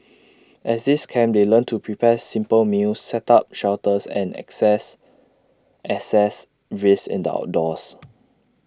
at these camps they learn to prepare simple meals set up shelters and access assess risks in the outdoors